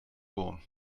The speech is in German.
wurm